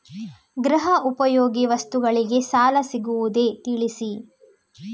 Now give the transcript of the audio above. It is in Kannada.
ಗೃಹ ಉಪಯೋಗಿ ವಸ್ತುಗಳಿಗೆ ಸಾಲ ಸಿಗುವುದೇ ತಿಳಿಸಿ?